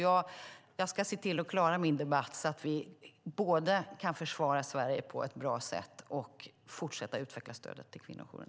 Jag ska se till att klara av min debatt så att vi både kan försvara Sverige på ett bra sätt och fortsätta att utveckla stödet till kvinnojourer.